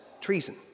treason